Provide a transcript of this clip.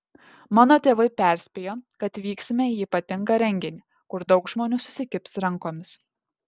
mano tėvai perspėjo kad vyksime į ypatingą renginį kur daug žmonių susikibs rankomis